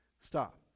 stop